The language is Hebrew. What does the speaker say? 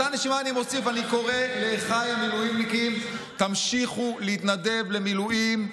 אני קורא לאחיי המילואימניקים: תמשיכו להתנדב למילואים.